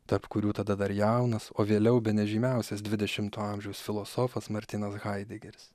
tarp kurių tada dar jaunas o vėliau bene žymiausias dvidešimto amžiaus filosofas martynas haidegeris